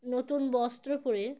নতুন বস্ত্র পরে